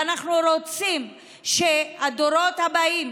ואנחנו רוצים שהדורות הבאים